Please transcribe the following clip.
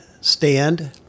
stand